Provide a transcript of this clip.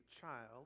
child